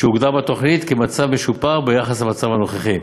שהוגדר בתוכנית כמצב משופר ביחס למצב הנוכחי,